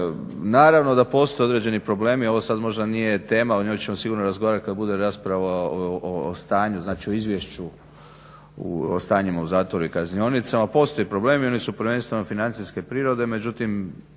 Naravno da postoje određeni problemi, ovo sad možda nije tema, o njoj ćemo sigurno razgovarati kad bude rasprava o stanju, znači o izvješću o stanjima u zatvoru i kaznionicama. Postoje problemi, oni su prvenstveno financijske prirode, međutim